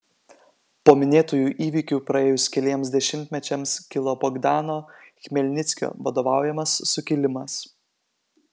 po minėtųjų įvykių praėjus keliems dešimtmečiams kilo bogdano chmelnickio vadovaujamas sukilimas